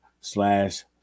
slash